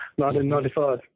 1995